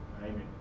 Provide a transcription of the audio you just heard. Amen